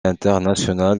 international